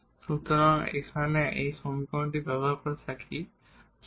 সুতরাং এখানে এই সমীকরণটি ব্যবহার করে থাকি যাকে